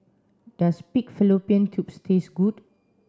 does pig Fallopian tubes taste good